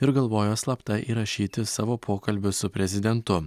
ir galvojo slapta įrašyti savo pokalbius su prezidentu